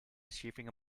shaving